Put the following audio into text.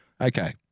Okay